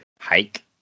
hike